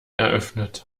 eröffnet